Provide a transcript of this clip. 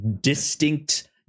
distinct